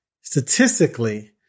statistically